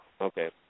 Okay